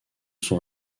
son